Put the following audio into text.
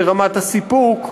ברמת הסיפוק,